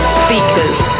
speakers